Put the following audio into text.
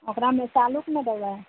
ओकरामे ने देबै